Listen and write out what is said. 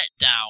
letdown